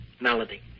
Melody